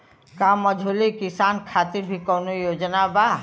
का मझोले किसान खातिर भी कौनो योजना बा?